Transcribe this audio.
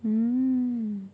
mm